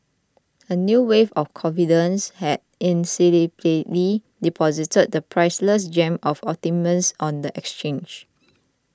a new wave of confidence had deposited the priceless gem of optimism on the exchange